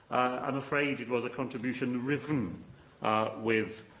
i'm afraid it was a contribution riven with